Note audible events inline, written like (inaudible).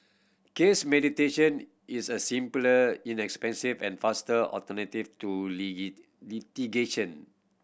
case mediation is a simpler inexpensive and faster alternative to (unintelligible) litigation